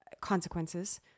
consequences